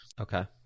Okay